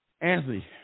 Anthony